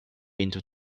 into